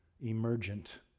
emergent